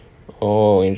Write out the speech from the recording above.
orh interesting